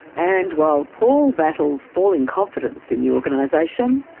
and while paul battles falling confidence in the organisation,